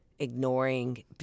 ignoring